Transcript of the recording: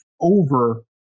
over